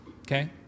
okay